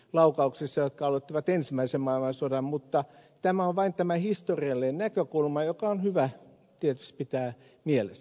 nauhauksisia taluttivat ensimmäisen maailmansodan mutta tämä on vain tämä historiallinen näkökulma joka on hyvä tietysti pitää mielessä